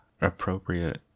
appropriate